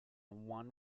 one